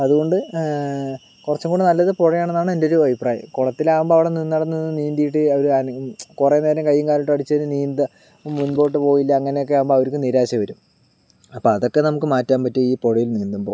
അതുകൊണ്ട് കുറച്ചും കൂടി നല്ലത് പുഴയാണ് എന്നാണ് എൻ്റെ ഒരു അഭിപ്രായം കുളത്തിലാകുമ്പോൾ അവിടെ നിന്നിടത്തുനിന്നു നീന്തിയിട്ട് അവർ കുറേ നേരം കൈയ്യും കാലും ഇട്ടടിച്ചങ്ങ് നീന്തുക അപ്പോൾ മുമ്പോട്ട് പോയില്ല അങ്ങനെയൊക്കെ ആകുമ്പോൾ അവർക്ക് നിരാശ വരും അപ്പോൾ അതൊക്കെ നമുക്ക് മാറ്റാൻ പറ്റും ഈ പുഴയിൽ നീന്തുമ്പോൾ